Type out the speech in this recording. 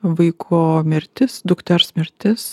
vaiko mirtis dukters mirtis